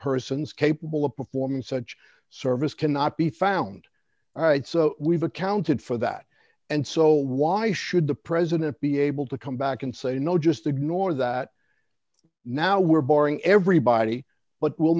persons capable of performing such service cannot be found so we've accounted for that and so why should the president be able to come back and say no just ignore that now we're boring everybody but we'll